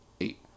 eight